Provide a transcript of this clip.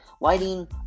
lighting